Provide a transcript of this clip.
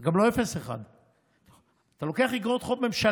גם לא 0.1%. אתה לוקח איגרות חוב ממשלתיות